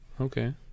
Okay